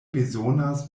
bezonas